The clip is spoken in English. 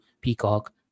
Peacock